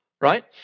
right